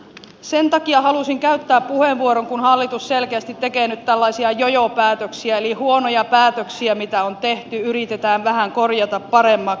sen takia halusin käyttää puheenvuoron kun hallitus selkeästi tekee nyt tällaisia jojopäätöksiä eli huonoja päätöksiä mitä on tehty yritetään vähän korjata paremmaksi